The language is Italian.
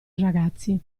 ragazzi